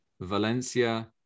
Valencia